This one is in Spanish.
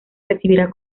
recibirá